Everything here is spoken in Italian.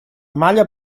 maglia